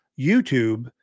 YouTube